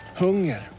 hunger